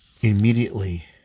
Immediately